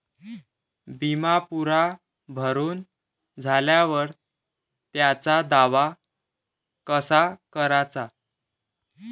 बिमा पुरा भरून झाल्यावर त्याचा दावा कसा कराचा?